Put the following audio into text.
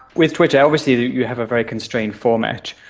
with twitter obviously you have a very constrained format,